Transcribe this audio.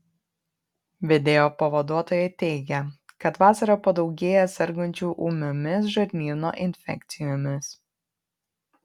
vedėjo pavaduotoja teigė kad vasarą padaugėja sergančių ūmiomis žarnyno infekcijomis